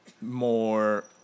more